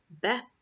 back